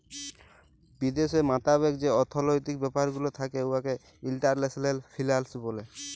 বিদ্যাশের মতাবেক যে অথ্থলৈতিক ব্যাপার গুলা থ্যাকে উয়াকে ইল্টারল্যাশলাল ফিল্যাল্স ব্যলে